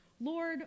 Lord